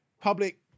public